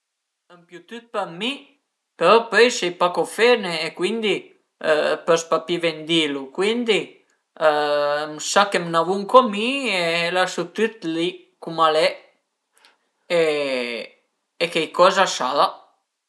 Më pìu tüt për mi, però pöi sai pa co fene e cuindi pös pa pi vendilu, cuindi a m'sa chë m'ën vun co mi e lasu tüt li cum al e cheicoza a sarà